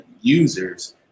users